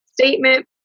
statement